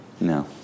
No